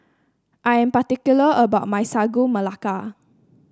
I am particular about my Sagu Melaka